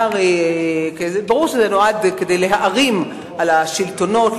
ברור שזה נועד להערים על השלטונות,